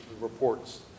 reports